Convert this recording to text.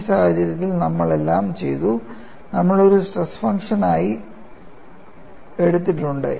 ഈ സാഹചര്യത്തിൽ നമ്മൾ എല്ലാം ചെയ്തു നമ്മൾ ഒരു സ്ട്രെസ് ഫംഗ്ഷനായി എടുത്തിട്ടുണ്ട്